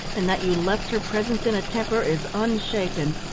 and that you left her presence in a temper, is unshaken.